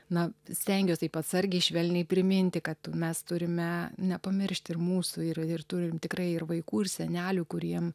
na stengiuos taip atsargiai švelniai priminti kad mes turime nepamiršti ir mūsų ir ir turim tikrai ir vaikų ir senelių kuriem